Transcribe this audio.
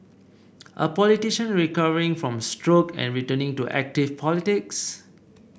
a politician recovering from stroke and returning to active politics